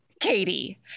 Katie